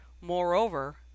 Moreover